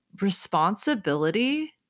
responsibility